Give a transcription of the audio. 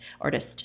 artist